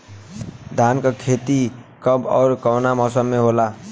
धान क खेती कब ओर कवना मौसम में होला?